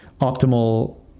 optimal